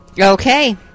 Okay